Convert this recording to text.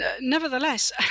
Nevertheless